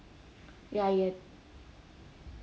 ya you